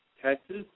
Texas